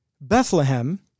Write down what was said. Bethlehem